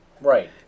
Right